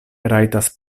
rajtas